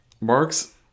Mark's